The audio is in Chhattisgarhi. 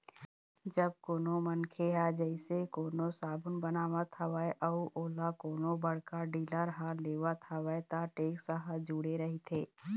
जब कोनो कंपनी ह जइसे कोनो साबून बनावत हवय अउ ओला कोनो बड़का डीलर ह लेवत हवय त टेक्स ह जूड़े रहिथे